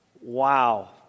Wow